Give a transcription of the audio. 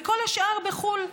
וכל השאר בחו"ל.